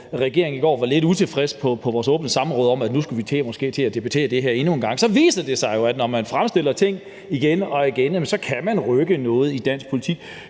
vores åbne samråd var lidt utilfredse med, at vi nu måske skulle til at debattere det her endnu en gang, så viser det sig jo, at når man fremstiller ting igen og igen, jamen så kan man rykke noget i dansk politik.